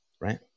right